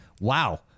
wow